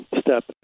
step